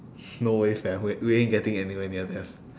no way fam w~ we ain't getting anywhere near there